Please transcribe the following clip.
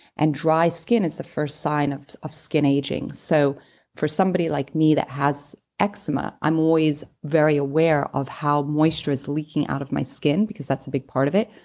and dry skin is the first sign of of skin aging. so for somebody like me that has eczema, i'm always very aware of how moisture is leaking out of my skin because that's a big part of it,